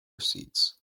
seats